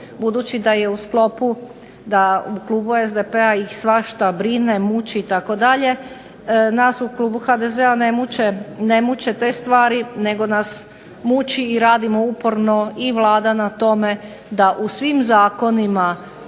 budući da je u sklopu da u klubu SDP-a ih svašta brine, muči itd. Nas u klubu HDZ-a ne muče te stvari, nego nas muči i radimo uporno i Vlada na tome da u svim zakonima